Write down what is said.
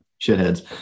shitheads